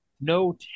no